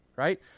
Right